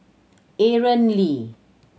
Aaron Lee